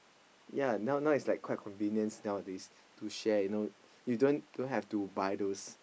ya now now is like quite convenient nowadays to share you know you don't don't have to buy those